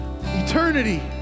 Eternity